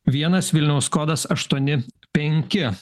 vienas vilniaus kodas aštuoni penki